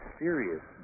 serious